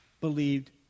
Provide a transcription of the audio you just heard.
believed